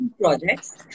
projects